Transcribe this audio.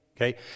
Okay